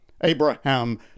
Abraham